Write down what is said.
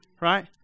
right